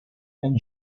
and